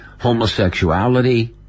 homosexuality